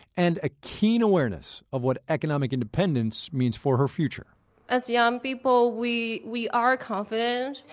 and a keen awareness of what economic independence means for her future as young people, we we are confident,